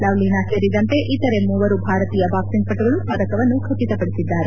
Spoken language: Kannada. ಲವ್ಷಿನಾ ಸೇರಿದಂತೆ ಇತರೆ ಮೂವರು ಭಾರತೀಯ ಬಾಕ್ಸಿಂಗ್ ಪಟುಗಳು ಪದಕವನ್ನು ಖಚಿತಪಡಿಸಿದ್ದಾರೆ